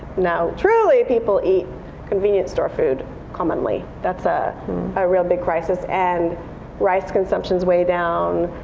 now, truly people eat convenience store food commonly. that's a real big crisis. and rice consumption's way down.